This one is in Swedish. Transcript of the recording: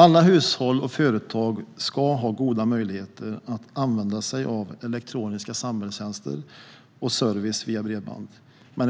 Alla hushåll och företag ska ha goda möjligheter att använda sig av elektroniska samhällstjänster och service via bredband.